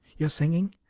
your singing?